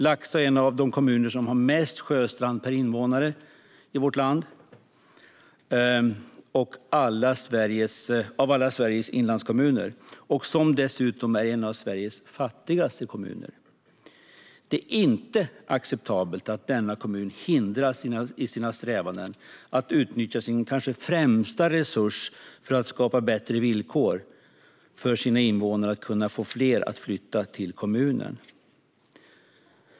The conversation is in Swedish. Laxå är en av de kommuner som har mest sjöstrand per invånare av alla Sveriges inlandskommuner och är dessutom en av Sveriges fattigaste kommuner. Det är inte acceptabelt att denna kommun hindras i sina strävanden att utnyttja sin kanske främsta resurs för att skapa bättre villkor för sina invånare och för att få fler att flytta till kommunen.